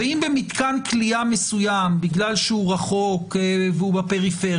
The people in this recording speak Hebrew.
ואם במתקן כליאה מסוים, בגלל שהוא רחוק ובפריפריה,